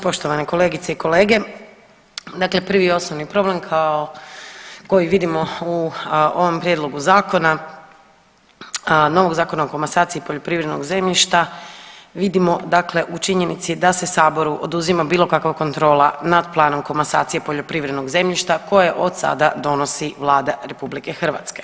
Poštovane kolegice i kolege, dakle prvi i osnovi problem kao koji vidimo u ovom prijedlogu zakona, novog Zakona o komasaciji poljoprivrednog zemljišta vidimo dakle u činjenici da se saboru oduzima bilo kakva kontrola nad planom komasacije poljoprivrednog zemljišta koje od sada donosi Vlada RH.